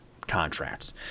contracts